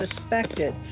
suspected